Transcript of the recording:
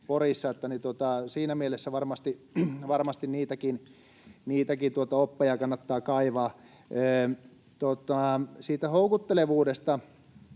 siinä mielessä varmasti niitäkin oppeja kannattaa kaivaa. Siitä houkuttelevuudesta: